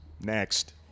next